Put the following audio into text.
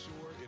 sure